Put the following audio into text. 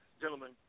gentlemen